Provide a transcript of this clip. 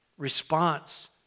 response